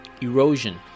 erosion